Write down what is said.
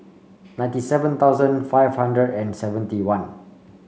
ninety seven thousand five hundred and seventy one